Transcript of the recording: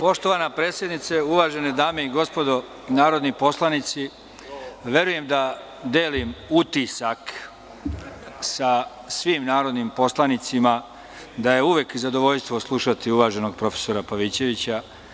Poštovana predsednice, uvažene dame i gospodo narodni poslanici, verujem da delim utisak sa svim narodnim poslanicima da je uvek zadovoljstvo slušati uvaženog profesora Pavićevića.